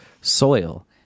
soil